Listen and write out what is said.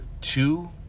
two